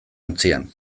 ontzian